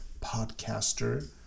podcaster